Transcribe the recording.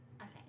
Okay